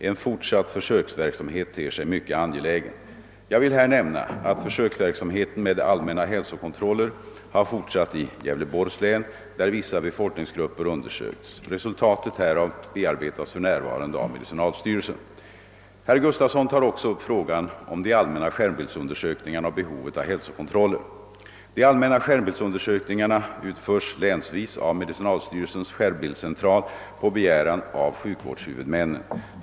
En fortsatt försöksverksamhet ter sig mycket angelägen. Jag vill här nämna att försöksverksamheten med allmänna hälsokontroller har fortsatt i Gävleborgs län, där vissa befolkningsgrupper undersökts. Resultatet härav bearbetas för närvarande av medicinalstyrelsen. Herr Gustavsson tar också upp frågan om de allmänna skärmbildsundersökningarna och behovet av hälsokontroller. De allmänna <skänmbildsundersökningarna utförs länsvis av medicinalstyrelsens skärmbildscentral på begäran av sjukvårdshuvudmännen.